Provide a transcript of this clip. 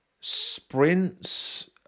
Sprints